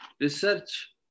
Research